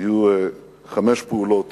היו חמש פעולות